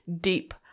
deep